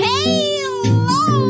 Hello